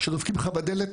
כשדופקים לכם בדלת